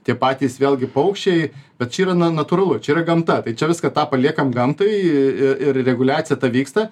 tie patys vėlgi paukščiai bet čia yra na natūralu čia yra gamta tai čia viską tą paliekam gamtai ir reguliacija ta vyksta